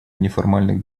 неформальных